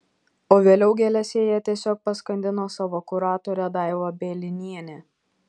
o vėliau gėlėse jie tiesiog paskandino savo kuratorę daivą bielinienę